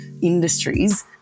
industries